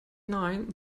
nine